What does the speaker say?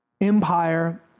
empire